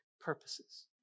purposes